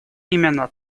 именно